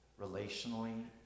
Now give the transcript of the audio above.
relationally